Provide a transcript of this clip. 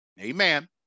amen